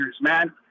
man